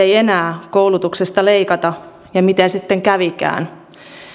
ei enää koulutuksesta leikata ja miten sitten kävikään